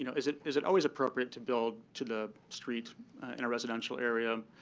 you know is it is it always appropriate to build to the street in a residential area,